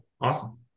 Awesome